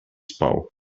spał